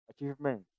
achievement